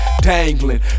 dangling